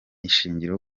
ishingiro